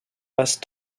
passe